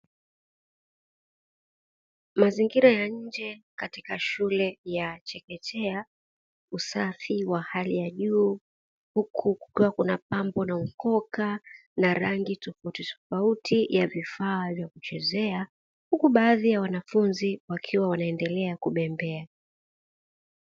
Mazingira ya nje katika shule ya chekechea, usafi wa hali ya juu huku kukiwa kunapambwa na ukoka na rangi tofautitofauti ya vifaa vya kuchezea, huku baadhi ya wanafunzi wakiwa wanaendelea kubembea.